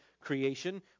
creation